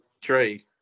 trade